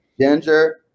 Ginger